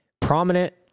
prominent